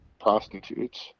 prostitutes